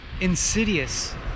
insidious